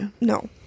No